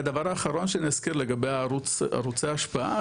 והדבר האחרון שאני אזכיר לגבי ערוצי ההשפעה,